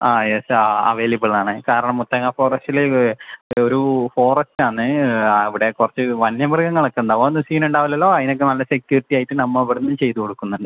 ആ യെസ് ആ അവൈലബിൾ ആണ് കാരണം മുത്തങ്ങ ഫോറസ്റ്റില് ഇത് ഒരു ഫോറസ്റ്റാന്ന് അവിടെ കുറച്ച് വന്യമൃഗങ്ങൾ ഒക്കെ ഉണ്ടാകും അതൊന്നും സീൻ ഉണ്ടാവില്ലല്ലൊ അതിന് ഒക്കെ നല്ല സെക്യൂരിറ്റി ആയിട്ട് നമ്മ ഇവിടന്ന് ചെയ്ത് കൊടുക്കുന്നുണ്ട്